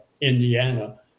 Indiana